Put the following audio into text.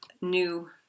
new